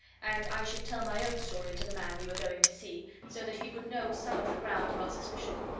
and i should tell my own story to the man we were going to see, so that he would know some of the ground of our suspicion.